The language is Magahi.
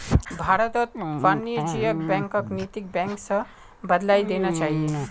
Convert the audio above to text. भारतत वाणिज्यिक बैंकक नैतिक बैंक स बदलइ देना चाहिए